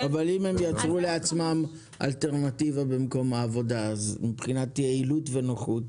אם הם ייצרו לעצמם אלטרנטיבה במקום העבודה מבחינת יעילות ונוחות?